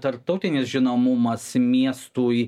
tarptautinis žinomumas miestui